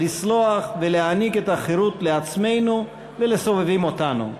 לסלוח ולהעניק את החירות לעצמנו ולסובבים אותנו.